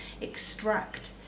extract